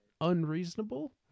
unreasonable